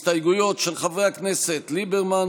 הסתייגויות של חברי הכנסת אביגדור ליברמן,